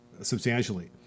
substantially